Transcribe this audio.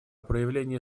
проявление